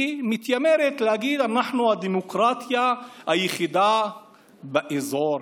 והיא מתיימרת להגיד: אנחנו הדמוקרטיה היחידה באזור,